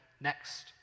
next